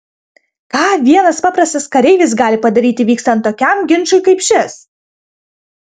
ką vienas paprastas kareivis gali padaryti vykstant tokiam ginčui kaip šis